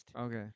Okay